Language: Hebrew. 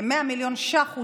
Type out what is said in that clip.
כ-100 מיליון ש"ח,